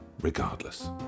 regardless